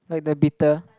like the bitter